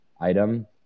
item